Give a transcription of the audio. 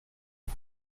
est